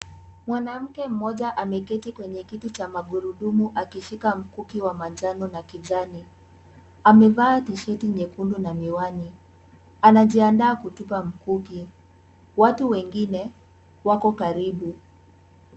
Mwanamke mmoja ameketi kwenye kiti cha magurudumu akishika mkuki wa manjano na kijani, amevaa tishati nyekundu na miwani, anajiandaa kutupa mkuki, watu wengine wako karibu.